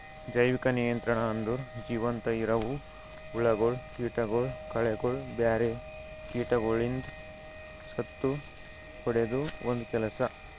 ಜೈವಿಕ ನಿಯಂತ್ರಣ ಅಂದುರ್ ಜೀವಂತ ಇರವು ಹುಳಗೊಳ್, ಕೀಟಗೊಳ್, ಕಳೆಗೊಳ್, ಬ್ಯಾರೆ ಕೀಟಗೊಳಿಗ್ ಸತ್ತುಹೊಡೆದು ಒಂದ್ ಕೆಲಸ